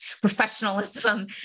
professionalism